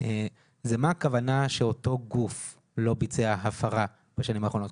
היא מה הכוונה שאותו גוף לא ביצע הפרה בשנים האחרונות.